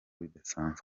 bidasanzwe